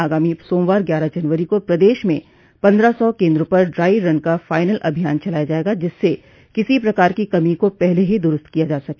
आगामी सोमवार ग्यारह जनवरी को प्रदेश में पन्द्रह सौ केन्दों पर ड्राई रन का फाइनल अभियान चलाया जायेगा जिससे किसी प्रकार की कमी को पहले ही द्रूस्त किया जा सके